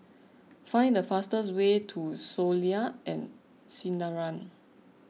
find the fastest way to Soleil and Sinaran